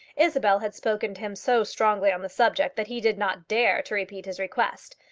isabel had spoken to him so strongly on the subject that he did not dare to repeat his request.